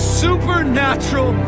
supernatural